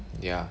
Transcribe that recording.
ya